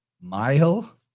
mile